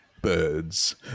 birds